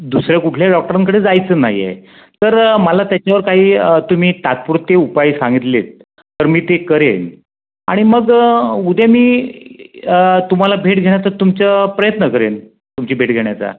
दुसऱ्या कुठल्या डॉक्टरांकडे जायचं नाही आहे तर मला त्याच्यावर काही तुम्ही तात्पुरते उपाय सांगितलेत तर मी ते करेन आणि मग उद्या मी तुम्हाला भेट घेण्याचं तुमचा प्रयत्न करेन तुमची भेट घेण्याचा